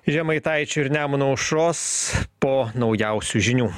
žemaitaičio ir nemuno aušros po naujausių žinių